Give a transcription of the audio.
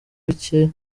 bicye